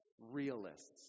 realists